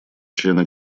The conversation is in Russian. члены